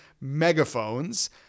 megaphones